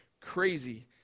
crazy